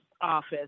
office